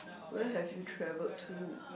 where have you traveled to